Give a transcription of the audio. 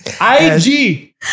I-G